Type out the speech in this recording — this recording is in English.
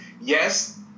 yes